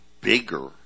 bigger